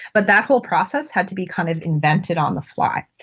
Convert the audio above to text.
but that whole process had to be kind of invented on the fly.